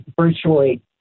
virtually